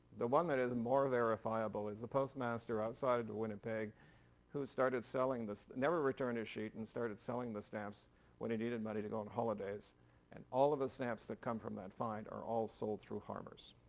the one that is more verifiable is the postmaster outside winnipeg who started selling, never returned his sheet, and started selling the stamps when he needed money to go on holidays and all of the stamps that come from that find are all sold through harmer's.